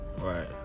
Right